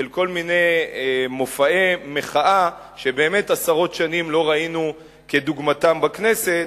של כל מיני מופעי מחאה שבאמת עשרות שנים לא ראינו כדוגמתם בכנסת,